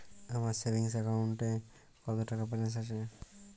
আমার সেভিংস অ্যাকাউন্টে কত টাকা ব্যালেন্স আছে?